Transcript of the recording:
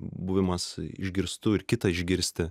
buvimas išgirstų ir kitą išgirsti